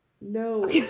No